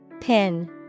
Pin